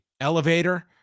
elevator